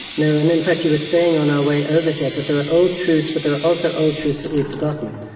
now and, in fact, you were saying on our way over here that there are old truths, but there are also old truths that we've forgotten.